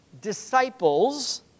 disciples